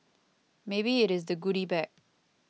maybe it is the goody bag